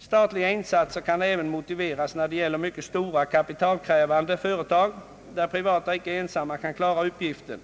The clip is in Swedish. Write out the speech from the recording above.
Statliga insatser kan även motiveras när det gäller mycket stora kapitalkrävande företag där privata icke ensamma kan klara uppgiften.